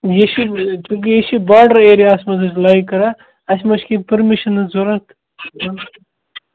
یہِ چھِ یہِ چھِ باڈَر ایریاہَس منٛز حظ لَے کران اَسہِ ما چھِ کیٚنہہ پٔرمِشَن ہٕنٛز ضوٚرَتھ